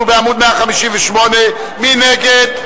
אנחנו בעמוד 158. מי נגד?